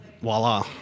voila